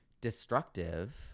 destructive